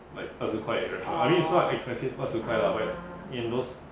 like 二十块 eh restaurant this is not expensive 二十块 lah but in those